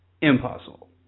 impossible